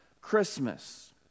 Christmas